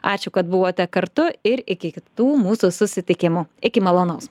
ačiū kad buvote kartu ir iki kitų mūsų susitikimų iki malonaus